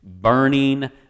burning